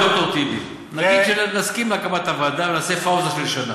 את ד"ר טיבי: נגיד שנסכים להקמת הוועדה ונעשה פאוזה של שנה,